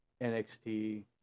NXT